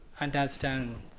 understand